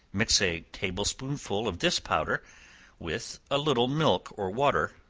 mix a table-spoonful of this powder with a little milk or water,